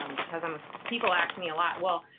um because i'm people ask me a lot, well,